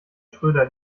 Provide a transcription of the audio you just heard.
schröder